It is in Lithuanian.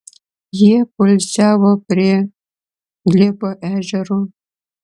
jie poilsiavo prie glėbo ežero